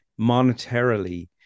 monetarily